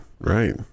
right